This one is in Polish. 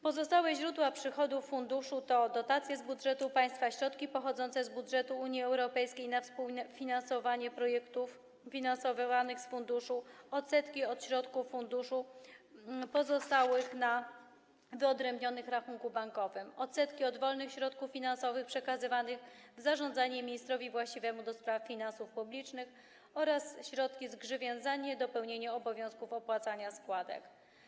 Pozostałe źródła przychodów funduszu to: dotacje z budżetu państwa, środki pochodzące z budżetu Unii Europejskiej na współfinansowanie projektów finansowanych z funduszu, odsetki od środków funduszu pozostałych na wyodrębnionym rachunku bankowym, odsetki od wolnych środków finansowych, przekazywanych w zarządzanie ministrowi właściwemu do spraw finansów publicznych oraz środki z grzywien za niedopełnienie obowiązku opłacania składek.